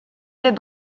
êtes